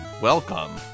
Welcome